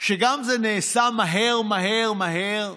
שגם זה נעשה מהר מהר מהר.